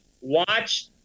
watch